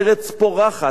ארץ פורחת,